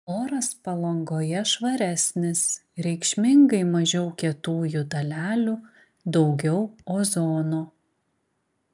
oras palangoje švaresnis reikšmingai mažiau kietųjų dalelių daugiau ozono